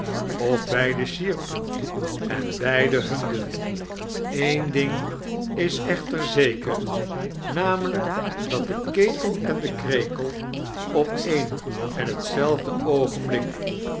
of beide sjieirptan en beide humden ben ding is echter zeker namelijk dat de ketel en de krekel op een en hetzelfde oogenbldk